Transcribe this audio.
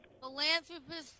Philanthropist